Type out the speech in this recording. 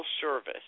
Service